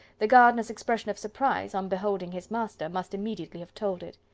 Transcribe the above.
the gardener's expression of surprise, on beholding his master, must immediately have told it.